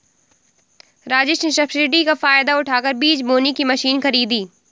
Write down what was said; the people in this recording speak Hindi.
राजेश ने सब्सिडी का फायदा उठाकर बीज बोने की मशीन खरीदी